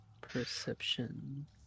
Perception